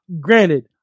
Granted